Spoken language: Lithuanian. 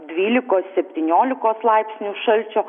dvylikos septyniolikos laipsnių šalčio